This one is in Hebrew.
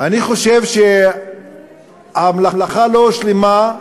אני חושב שהמלאכה לא הושלמה,